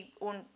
on